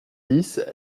dix